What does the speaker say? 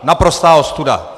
Naprostá ostuda!